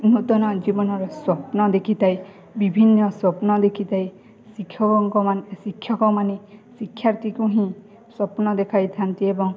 ନୂତନ ଜୀବନର ସ୍ୱପ୍ନ ଦେଖିଥାଏ ବିଭିନ୍ନ ସ୍ୱପ୍ନ ଦେଖିଥାଏ ଶିକ୍ଷକଙ୍କ ଶିକ୍ଷକମାନେ ଶିକ୍ଷାର୍ଥୀକୁ ହିଁ ସ୍ୱପ୍ନ ଦେଖାଇଥାନ୍ତି ଏବଂ